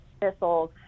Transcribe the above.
thistles